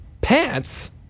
pants